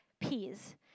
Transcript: peas